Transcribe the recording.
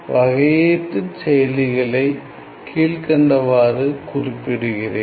வகையீட்டுச் செயலிகளை கீழ்க்கண்டவாறு குறிப்பிடுகிறேன்